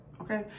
okay